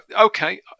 okay